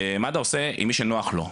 מד"א עושה עם מי שנוח לו,